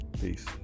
Peace